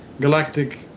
galactic